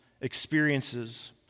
experiences